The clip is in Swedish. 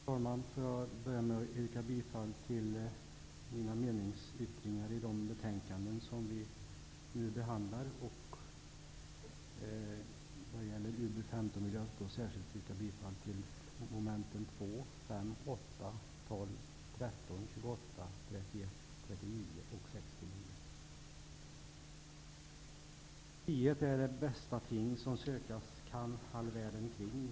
Fru talman! Jag börjar med att yrka bifall till mina meningsyttringar i de betänkanden som vi nu behandlar. Vad gäller utbildningsutskottets betänkande nr 15 yrkar jag bifall särskilt beträffande mom. 2, 5, 8, 12, 13, 28, 31, 39 och 69. ''Frihet är det bästa ting som sökas kan all världen kring.